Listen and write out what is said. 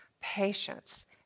patience